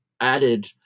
added